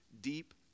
deep